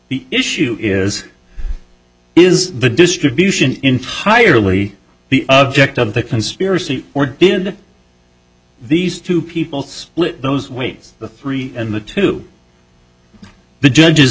the issue is is the distribution entirely the object of the conspiracy or did these two people split those weights the three and the two the judges